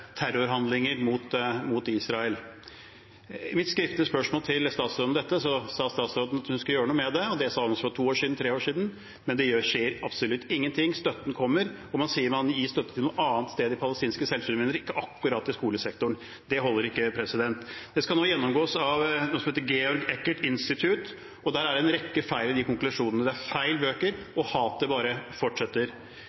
terrorhandlinger mot Israel. På mitt skriftlige spørsmål til utenriksministeren om dette, sa utenriksministeren at hun skulle gjøre noe med det. Det sa hun også for to år siden og tre år siden, men det skjer absolutt ingenting. Støtten kommer, og man sier at man vil gi støtten til noe annet i forhold til palestinske selvstyremyndigheter, og ikke akkurat til skolesektoren. Det holder ikke. Det skal nå gjennomgås av noe som heter Georg Eckert Institute, og der er det en rekke feil i konklusjonene. Det er feil bøker,